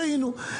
טעינו.